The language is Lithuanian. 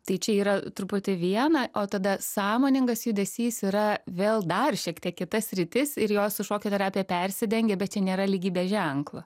tai čia yra truputį viena o tada sąmoningas judesys yra vėl dar šiek tiek kita sritis ir jos su šokio terapija persidengia bet čia nėra lygybės ženklo